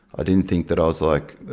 i didn't think that i was like